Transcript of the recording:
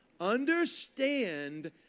understand